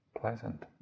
pleasant